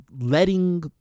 letting